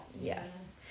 yes